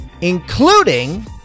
including